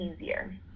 easier